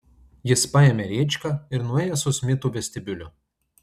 jis paėmė rėčką ir nuėjo su smitu vestibiuliu